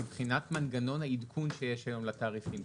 מבחינת מנגנון העדכון שיש היום לתעריפים,